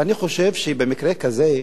ואני חושב שבמקרה כזה,